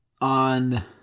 on